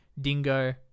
dingo